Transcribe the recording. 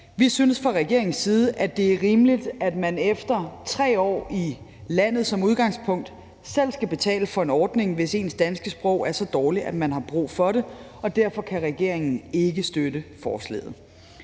Vi synes fra regeringens side, at det er rimeligt, at man efter 3 år i landet som udgangspunkt selv skal betale for en ordning, hvis ens danske sprog er så dårligt, at man har brug for det, og derfor kan regeringen ikke støtte forslaget.